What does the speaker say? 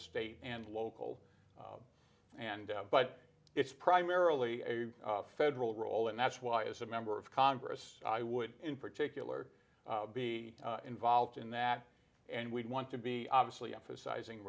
state and local and but it's primarily a federal role and that's why as a member of congress i would in particular be involved in that and we want to be obviously emphasizing